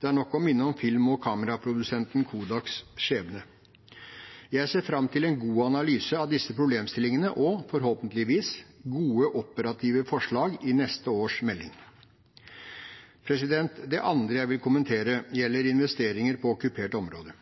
Det er nok å minne om film- og kameraprodusenten Kodaks skjebne. Jeg ser fram til en god analyse av disse problemstillingene og – forhåpentligvis – gode, operative forslag i neste års melding. Det andre jeg vil kommentere, gjelder investeringer på okkupert område.